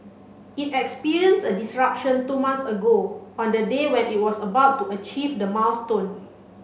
it experienced a disruption two months ago on the day when it was about to achieve the milestone